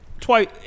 twice